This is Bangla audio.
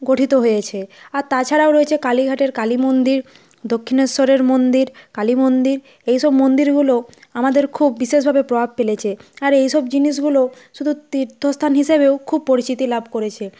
গঠিত হয়েছে আর তাছাড়াও রয়েছে কালীঘাটের কালী মন্দির দক্ষিণেশ্বরের মন্দির কালী মন্দির এইসব মন্দিরগুলো আমাদের খুব বিশেষভাবে প্রভাব ফেলেছে আর এইসব জিনিসগুলো শুধু তীর্থস্থান হিসেবেও খুব পরিচিতি লাভ করেছে